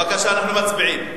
בבקשה,